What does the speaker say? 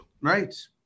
Right